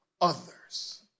others